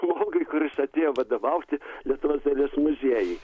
žmogui kuris atėjo vadovauti lietuvos dailės muziejui